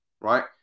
right